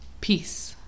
Peace